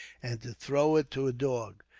and to throw it to a dog.